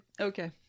okay